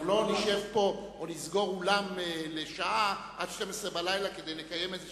לא נשב פה או נסגור אולם לשעה עד 24:00 כדי לקיים איזו